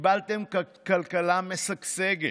קיבלתם כלכלה משגשגת,